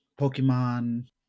Pokemon